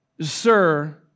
Sir